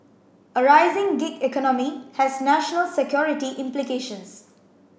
a rising gig economy has national security implications